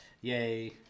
yay